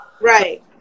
Right